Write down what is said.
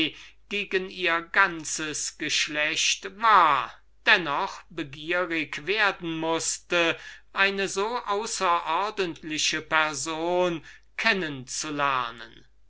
gegen die damen war dennoch begierig werden mußte eine so außerordentliche person